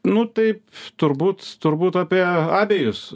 nu taip turbūt turbūt apie abejus